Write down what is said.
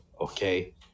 okay